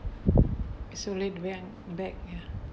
is so late went back ya